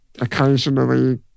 occasionally